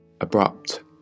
abrupt